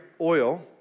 oil